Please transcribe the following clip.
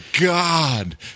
God